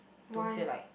don't feel like